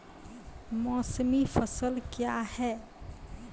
मौसमी फसल क्या हैं?